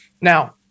Now